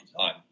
time